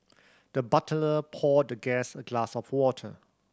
the butler poured the guest a glass of water